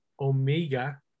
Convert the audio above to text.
Omega